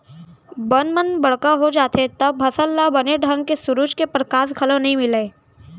बन मन बड़का हो जाथें तव फसल ल बने ढंग ले सुरूज के परकास घलौ नइ मिलय